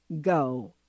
go